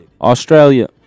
Australia